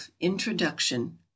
introduction